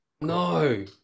No